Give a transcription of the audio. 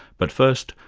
but first,